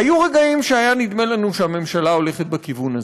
היו רגעים שהיה נדמה לנו שהממשלה הולכת בכיוון הזה,